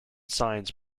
signs